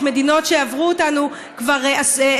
יש מדינות שעברו אותנו, כבר כמעט